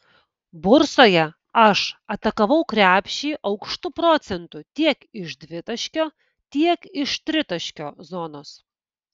bursoje aš atakavau krepšį aukštu procentu tiek iš dvitaškio tiek iš tritaškio zonos